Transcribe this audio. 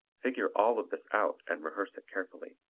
figure all of this out and rehearse it carefully.